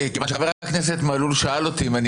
כיוון שחבר הכנסת מלול שאל אותי אם אני